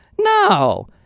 No